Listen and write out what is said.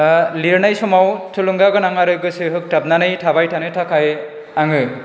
लिरनाय समाव थुलुंगा गोनां आरो गोसो होगथाबनानै थाबाय थानो थाखाय आङो